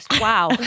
Wow